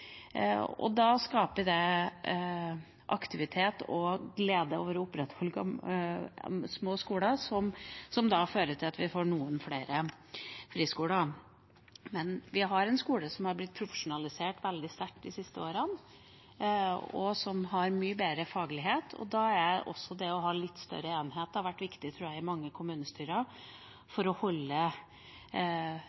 Da skaper det aktivitet og glede over å opprettholde små skoler, som da fører til at vi får noen flere friskoler. Men vi har en skole som har blitt profesjonalisert veldig sterkt de siste årene, og som har mye bedre faglighet. Og da har også det å ha litt større enheter vært viktig for mange kommunestyrer, tror jeg,